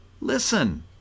listen